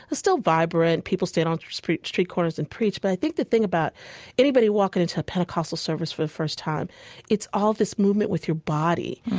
still vibrant. people stand on street street corners and preach. but i think the thing about anybody walking into a pentecostal service for the first time it's all this movement with your body.